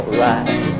right